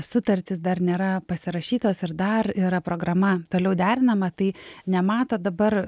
sutartys dar nėra pasirašytos ar dar yra programa toliau derinama tai nemato dabar